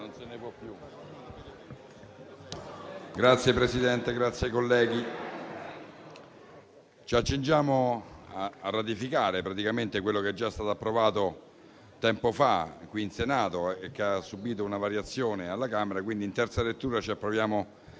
Signor Presidente, onorevoli colleghi, ci accingiamo a ratificare praticamente quello che è già stato approvato tempo fa qui in Senato e che ha subito una variazione alla Camera, quindi in terza lettura ci accingiamo ad